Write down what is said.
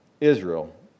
Israel